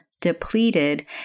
depleted